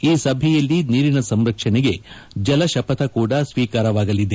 ಈ ಸಭೆಯಲ್ಲಿ ನೀರಿನ ಸಂರಕ್ಷಣೆಗೆ ಜಲಶಪಥ ಕೂಡ ಸ್ವೀಕಾರವಾಗಲಿದೆ